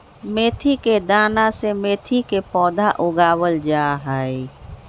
मेथी के दाना से मेथी के पौधा उगावल जाहई